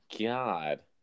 God